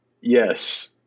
yes